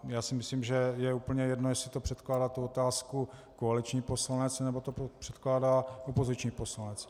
Já si myslím, že je úplně jedno, jestli předkládá otázku koaliční poslanec, nebo to předkládá opoziční poslanec.